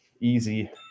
Easy